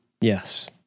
Yes